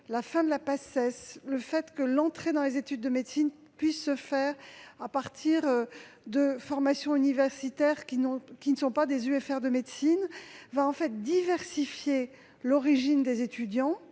la fin de la Paces, le fait que l'entrée dans les études de médecine puisse se faire à partir de formations universitaires qui ne sont pas des UFR de médecine -diversifieront l'origine des étudiants